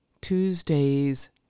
Tuesdays